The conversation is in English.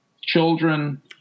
children